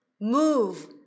Move